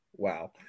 Wow